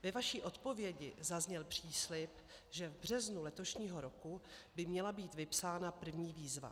Ve vaší odpovědi zazněl příslib, že v březnu letošního roku by měla být vypsána první výzva.